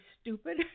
stupid